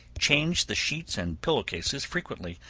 change the sheets and pillow-cases frequently,